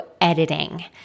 editing